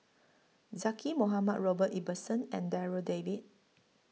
Zaqy Mohamad Robert Ibbetson and Darryl David